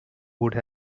would